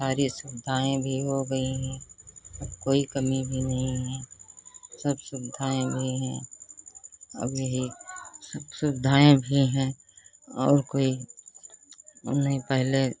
सारी सुविधाएँ भी हो गई हैं अब कोई कमी भी नहीं है सब सुविधाएँ भी है अब यही सब सुविधाएँ भी हैं और कोई ओ नहीं पहले